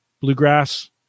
bluegrass